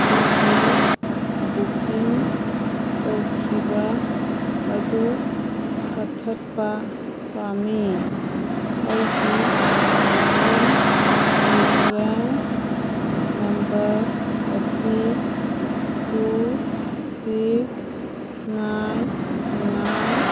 ꯑꯩꯒꯤ ꯕꯨꯛꯀꯤꯡ ꯇꯧꯈꯤꯕ ꯑꯗꯨ ꯀꯛꯊꯠꯄ ꯄꯥꯝꯏ ꯑꯩꯒꯤ ꯕꯨꯛꯀꯤꯡ ꯔꯤꯐ꯭ꯔꯦꯟꯁ ꯅꯝꯕꯔ ꯑꯁꯤ ꯇꯨ ꯁꯤꯛꯁ ꯅꯥꯏꯟ ꯅꯥꯏꯟ